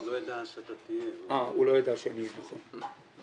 הוא לא ידע שאתה תהיה ראש רח"ל.